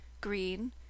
green